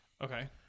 Okay